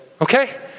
Okay